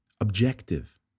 objective